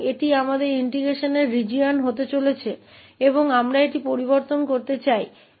इसलिए यह हमारे एकीकरण का क्षेत्र होने जा रहा है और हम इसे बदलना चाहते हैं